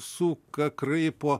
suka kraipo